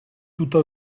tutto